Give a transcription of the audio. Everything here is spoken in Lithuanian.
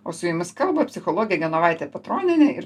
o su jumis kalba psichologė genovaitė petronienė ir